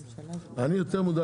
אני יותר מודאג,